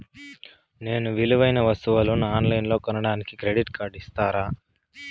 నేను విలువైన వస్తువులను ఆన్ లైన్లో కొనడానికి క్రెడిట్ కార్డు ఇస్తారా?